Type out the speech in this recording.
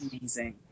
amazing